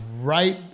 right